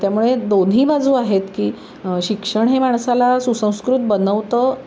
त्यामुळे दोन्ही बाजू आहेत की शिक्षण हे माणसाला सुसंस्कृत बनवतं